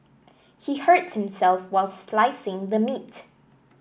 he hurt himself while slicing the meat